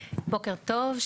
בוקר טוב.